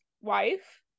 wife